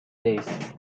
days